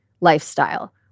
lifestyle